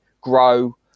grow